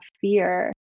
fear